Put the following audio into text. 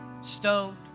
stoned